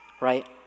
right